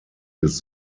des